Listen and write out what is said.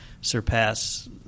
surpass